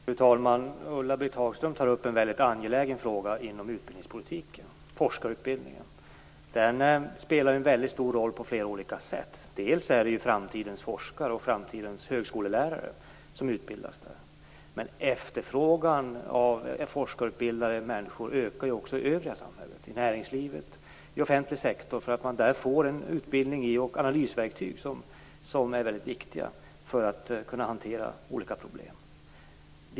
Fru talman! Ulla-Britt Hagström tar upp en mycket angelägen fråga inom utbildningspolitiken, nämligen forskarutbildningen. Den spelar en mycket stor roll på flera olika sätt. Det handlar om utbildningen av framtidens forskare och framtidens högskolelärare. Men efterfrågan på forskarutbildade människor ökar också i det övriga samhället - i näringslivet och i offentlig sektor - därför att man genom forskarutbildningen får analysverktyg som är mycket viktiga för att kunna hantera olika problem.